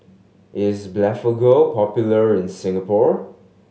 is Blephagel popular in Singapore